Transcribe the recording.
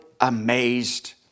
amazed